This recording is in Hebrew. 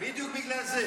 בגלל זה